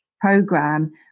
program